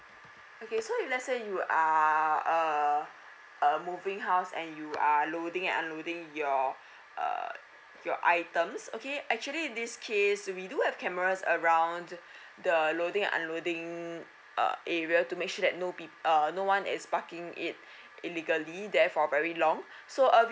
okay so if let's say you are uh moving house and you are loading and unloading your uh your items okay actually this case we do have cameras around the loading unloading uh area to make sure that no pe~ err no one is parking it illegally there for very long so uh